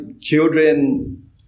children